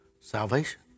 salvation